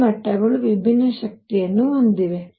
ಈ ಮಟ್ಟಗಳು ವಿಭಿನ್ನ ಶಕ್ತಿಯನ್ನು ಹೊಂದಿವೆ